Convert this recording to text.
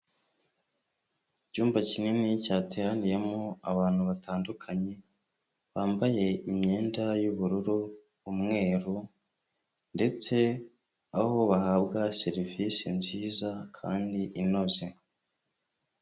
Icyumba kinini cyateraniyemo abantu batandukanye, bambaye imyenda y'ubururu, umweru ndetse aho bahabwa serivisi nziza kandi inoze.